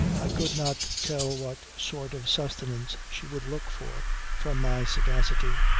i could not tell what sort of sustenance she would look for from my sagacity.